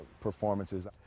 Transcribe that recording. performances